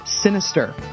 sinister